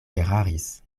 eraris